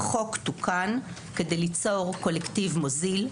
החוק תוקן כדי ליצור קולקטיב מוזיל.